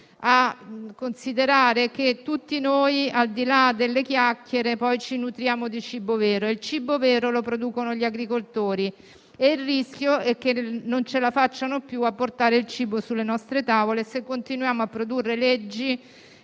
a considerare che tutti noi, al di là delle chiacchiere, ci nutriamo poi di cibo vero, quello che producono gli agricoltori. Il rischio è che non ce la facciano più a portare il cibo sulle nostre tavole, se continuiamo ad approvare leggi